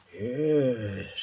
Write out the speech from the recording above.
Yes